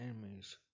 enemies